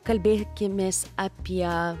kalbėkimės apie